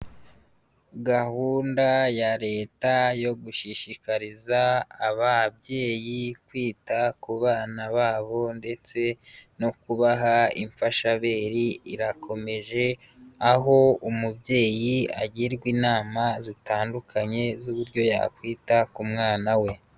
Gahunda ya Leta yo gushishikariza ababyeyi kwita ku bana babo ndetse no kubaha imfashabere irakomeje, aho umubyeyi agirwa inama zitandukanye z'uburyo yakwita ku mwana we.